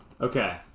Okay